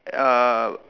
uh